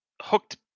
hooked